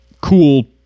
cool